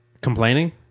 Complaining